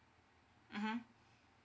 mmhmm